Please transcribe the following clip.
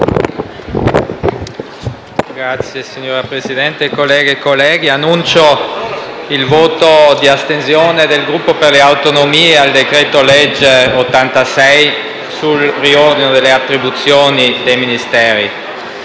UV))*. Signor Presidente, colleghe e colleghi, annuncio il voto di astensione del Gruppo Per le Autonomie al decreto-legge n. 86 sul riordino delle attribuzioni dei Ministeri.